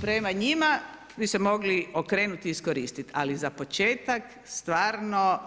Prema njima bi se mogli okrenut i iskoristit, ali za početak stvarno